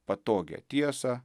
patogią tiesą